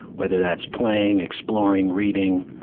whether that's playing, exploring, reading,